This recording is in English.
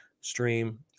stream